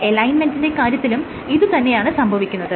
അലൈൻമെന്റിന്റെ കാര്യത്തിലും ഇത് തന്നെയാണ് സംഭവിക്കുന്നത്